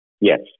Yes